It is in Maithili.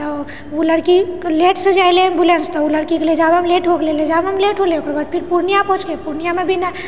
तऽ ओ लड़कीके लेटसँ जे एलै एम्बुलेन्स तऽ ओ लड़कीके ले जाबऽमे लेट हो गेलै ले जाबऽमे लेट होलै ओकर बाद पूर्णिया पहुँचके पूर्णियामे भी नहि